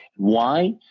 why,